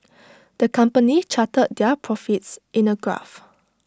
the company charted their profits in A graph